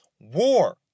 war